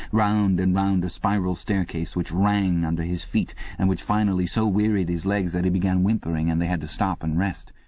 round and round spiral staircase which rang under his feet and which finally so wearied his legs that he began whimpering and they had to stop and rest.